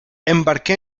embarqué